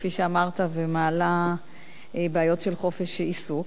כפי שאמרת, ומעלה בעיות של חופש עיסוק.